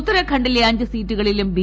ഉത്തരാഖണ്ഡിലെ അഞ്ച് സീറ്റുകളിലും ബി